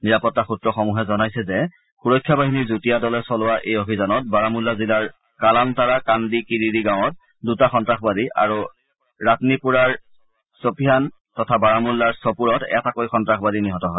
নিৰাপত্তাৰ স্ত্ৰসমূহে জনাইছে যে সুৰক্ষা বাহিনীৰ যুটীয়া দলে চলোৱা এই অভিযানত বৰমুল্লা জিলাৰ কালান্তাৰা কাণ্ডি কিৰিৰি গাঁৱত দুটা সন্তাসবাদী আৰু ৰাতনিপুৰাৰৰ চোফিয়ান তথা বাৰামুল্লাৰ ছ্পুৰত এটাকৈ সন্তাসবাদী নিহত হয়